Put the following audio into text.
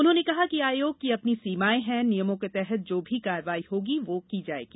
उन्होंने कहा कि आयोग की अपनी सीमाएं हैं नियमों के तहत जो भी कार्रवाई होगी वो की जाएगी